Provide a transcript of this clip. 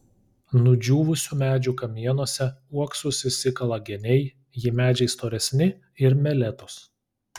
nudžiūvusių medžių kamienuose uoksus išsikala geniai jei medžiai storesni ir meletos